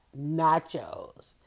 nachos